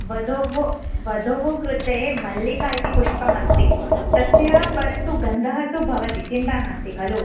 वध्वः वध्वः कृते मल्लिका इति पुष्पम् अस्ति तस्य परन्तु गन्धः तु भवति चिन्ता नास्ति खलु